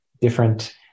different